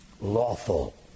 lawful